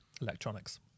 electronics